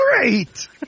Great